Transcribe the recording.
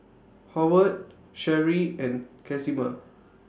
Howard Sherie and Casimer